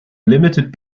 limited